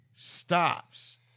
stops